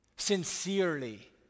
sincerely